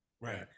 Right